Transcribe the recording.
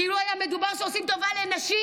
כאילו היה מדובר שעושים טובה לנשים.